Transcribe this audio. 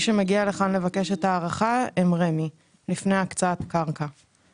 מי שמגיע לכאן לבקש הארכה לפני הקצאת הקרקע הם רמ"י.